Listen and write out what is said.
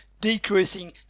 decreasing